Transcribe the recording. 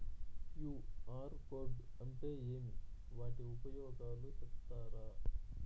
QR code అంటే ఏమి వాటి ఉపయోగాలు సెప్తారా?